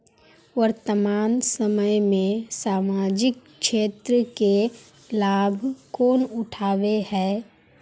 वर्तमान समय में सामाजिक क्षेत्र के लाभ कौन उठावे है?